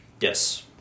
Yes